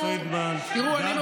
חברת הכנסת פרידמן, גם אותך